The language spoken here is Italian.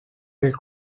nel